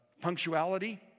Punctuality